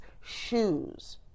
shoes